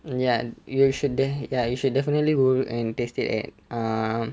ya you should de~ ya you should definitely go and taste at um